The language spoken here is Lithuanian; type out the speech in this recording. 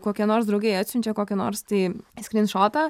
kokie nors draugai atsiunčia kokį nors tai skrynšotą